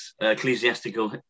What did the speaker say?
ecclesiastical